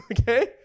Okay